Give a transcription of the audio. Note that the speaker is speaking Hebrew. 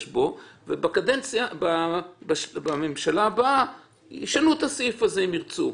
בו ואז בממשלה הבאה ישנו את הסעיף הספציפי.